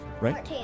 Right